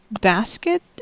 basket